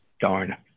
darn